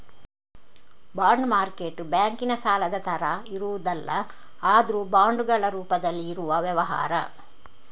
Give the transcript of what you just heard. bond market ಬ್ಯಾಂಕಿನ ಸಾಲದ ತರ ಇರುವುದಲ್ಲ ಆದ್ರೂ ಬಾಂಡುಗಳ ರೂಪದಲ್ಲಿ ಇರುವ ವ್ಯವಹಾರ